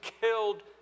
killed